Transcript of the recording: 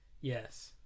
Yes